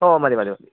ഓ മതി മതി മതി